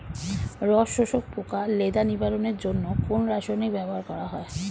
রস শোষক পোকা লেদা নিবারণের জন্য কোন রাসায়নিক ব্যবহার করা হয়?